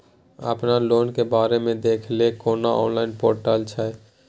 अपन लोन के बारे मे देखै लय कोनो ऑनलाइन र्पोटल छै?